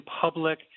public